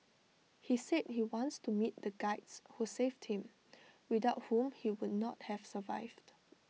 he said he wants to meet the Guides who saved him without whom he would not have survived